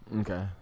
okay